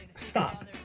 Stop